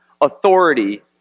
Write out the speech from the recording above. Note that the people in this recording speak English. authority